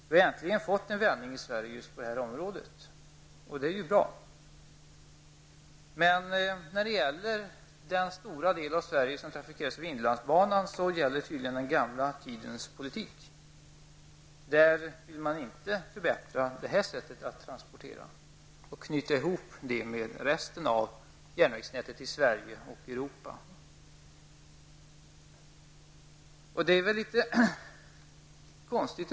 Vi har äntligen fått en vändning i Sverige på detta område. Det är bra. Men när det gäller den stora del av Sverige som trafikeras av inlandsbanan gäller tydligen den gamla tidens politik. Där vill man inte förbättra detta sätt att transportera och knyta ihop det med resten av järnvägsnätet i Sverige och i Europa. Det är litet konstigt.